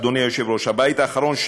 אדוני היושב-ראש: הבית האחרון,